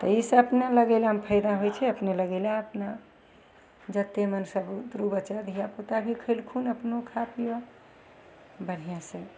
तऽ ईसब अपने लगेलेमे फायदा होइ छै अपने लगेला अपना जतेक मोन से सब बुतरु धिआपुता भी खएलखुन अपनो खा पिअऽ बढ़िआँसे